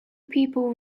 people